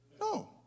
No